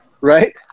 right